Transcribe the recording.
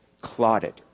clotted